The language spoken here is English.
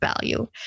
value